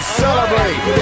celebrate